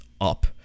up